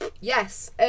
yes